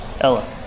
Ella